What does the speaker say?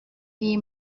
iyi